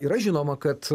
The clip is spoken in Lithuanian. yra žinoma kad